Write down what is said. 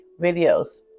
videos